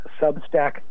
substack